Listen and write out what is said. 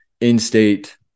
in-state